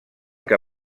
que